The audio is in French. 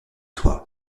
toi